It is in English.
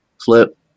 flip